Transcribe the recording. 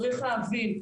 צריך להבין,